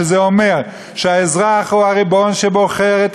שזה אומר שהאזרח הוא הריבון שבוחר את